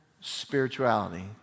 spirituality